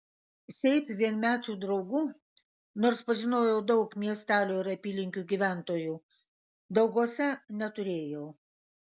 šiaip vienmečių draugų nors pažinojau daug miestelio ir apylinkių gyventojų dauguose neturėjau